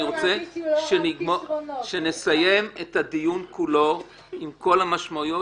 אני מבקש שנסיים את הדיון כולו עם כל המשמעויות